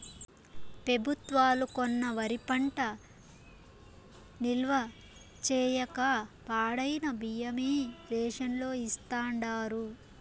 పెబుత్వాలు కొన్న వరి పంట నిల్వ చేయక పాడైన బియ్యమే రేషన్ లో ఇస్తాండారు